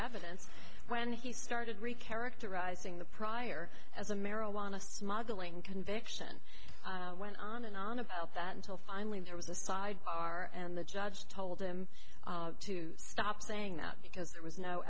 evidence when he started we characterize in the prior as a marijuana smuggling conviction went on and on about that until finally there was a side bar and the judge told him to stop saying that because there was no